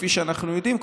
כפי שאנחנו יודעים,